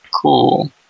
Cool